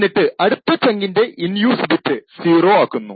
എന്നിട്ട് അടുത്ത ചങ്കിന്റെ ഇൻ യൂസ് ബിറ്റ് 0 ആക്കുന്നു